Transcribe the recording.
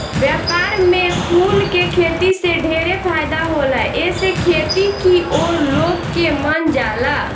व्यापार में फूल के खेती से ढेरे फायदा होला एसे खेती की ओर लोग के मन जाला